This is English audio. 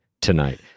tonight